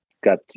got